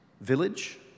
village